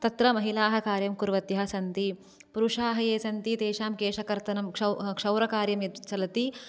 तत्र महिलाः कार्यं कुर्वत्यः सन्ति पुरुषाः ये सन्ति तेषां केशकर्तनं क्षौरकार्यं यद् चलति